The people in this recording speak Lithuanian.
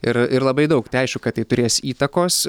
ir ir labai daug tai aišku kad tai turės įtakos